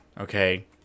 okay